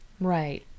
Right